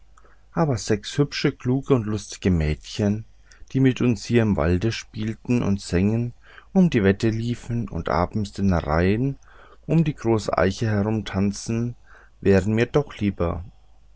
aber sechs hübsche kluge und lustige mädchen die mit uns hier im walde spielten und sängen um die wette liefen und abends den reihen um die große eiche herumtanzten wären mir doch lieber